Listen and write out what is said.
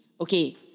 Okay